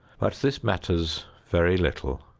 but this matters very little.